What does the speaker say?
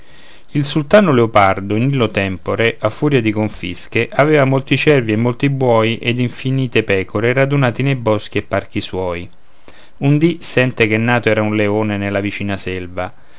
il sultano leopardo in illo tempore a furia di confische aveva molti cervi e molti buoi ed infinite pecore radunati nei boschi e parchi suoi un dì sente che nato era un leone nella vicina selva